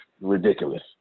Ridiculous